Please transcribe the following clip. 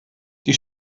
die